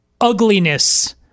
ugliness